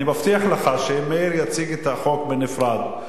אני מבטיח לך שאם מאיר יציג את החוק בנפרד,